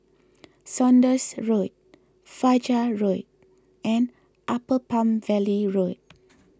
Saunders Road Fajar Road and Upper Palm Valley Road